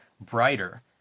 brighter